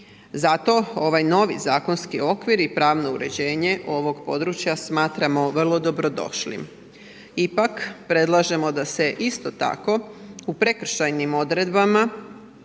Zato ovaj novi zakonski okvir i pravno uređenje ovog područja smatramo vrlo dobrodošlim. Ipak, predlažemo da se isto tako u prekršajnim odredbama